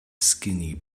skinny